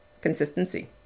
Consistency